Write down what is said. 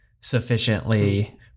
sufficiently